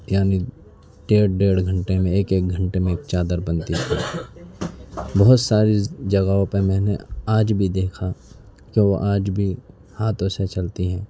یعنی دیڑھ ڈیڑھ گھنٹے میں ایک ایک گھنٹے میں ایک چادر بنتی تھی بہت ساری جگہوں پہ میں نے آج بھی دیکھا کہ وہ آج بھی ہاتھوں سے چلتی ہیں